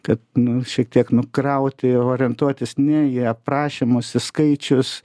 kad nu šiek tiek nukrauti orientuotis ne į aprašymus į skaičius